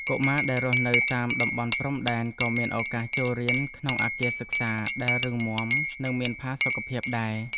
កុមារដែលរស់នៅតាមតំបន់ព្រំដែនក៏មានឱកាសចូលរៀនក្នុងអគារសិក្សាដែលរឹងមាំនិងមានផាសុកភាពដែរ។